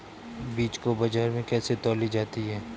बीज को बाजार में कैसे तौली जाती है?